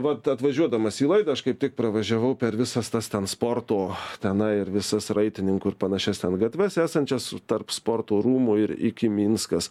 vat atvažiuodamas į laidą aš kaip tik pravažiavau per visas ten sporto tenai ir visas raitininkų ir panašias ten gatves esančias tarp sporto rūmų ir iki minskas